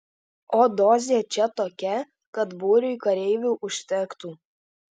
o dozė čia tokia kad būriui kareivių užtektų